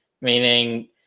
meaning